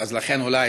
לכן אולי,